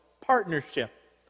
partnership